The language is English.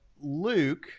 Luke